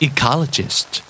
Ecologist